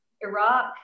Iraq